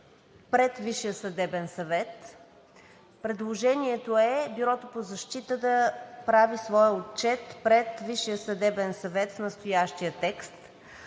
пред Висшия съдебен съвет. Предложението е Бюрото по защита да прави своя отчет пред Висшия съдебен съвет в настоящия текст,